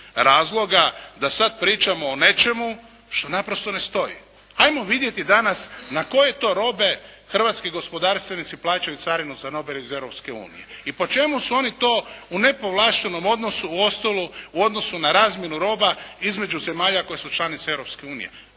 razloga da sada pričamo o nečemu što naprosto ne stoji. Ajmo vidjeti danas na koje to robe hrvatski gospodarstvenici plaćaju carinu za robe iz Europske unije i po čemu su oni to u nepovlaštenom odnosu u odnosu na razmjenu roba između zemalja koje su članice Europske unije.